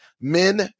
men